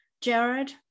Jared